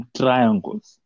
triangles